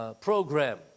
program